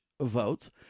votes